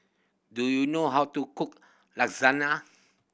do you know how to cook Lasagna